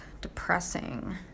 depressing